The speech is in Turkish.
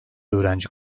öğrenci